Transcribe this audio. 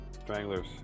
Stranglers